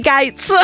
Gates